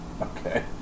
Okay